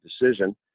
decision